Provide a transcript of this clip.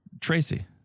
Tracy